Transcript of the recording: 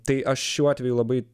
tai aš šiuo atveju labai